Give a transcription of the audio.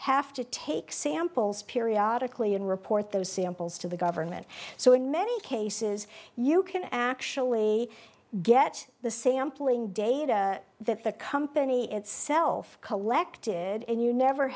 have to take samples periodic leean report those samples to the government so in many cases you can actually get the same pulling data that the company itself collected and you never